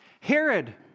Herod